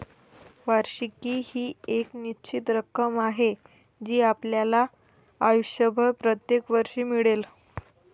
वार्षिकी ही एक निश्चित रक्कम आहे जी आपल्याला आयुष्यभर प्रत्येक वर्षी मिळेल